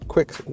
quick